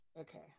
Okay